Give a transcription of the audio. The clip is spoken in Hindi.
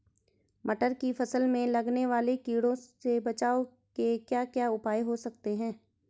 मटर की फसल में लगने वाले कीड़ों से बचाव के क्या क्या उपाय हो सकते हैं?